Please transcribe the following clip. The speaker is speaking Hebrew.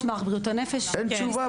אין תשובה פה.